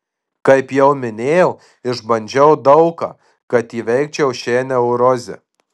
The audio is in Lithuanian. kaip jau minėjau išbandžiau daug ką kad įveikčiau šią neurozę